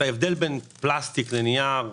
ההבדל בין פלסטיק לנייר: